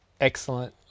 excellent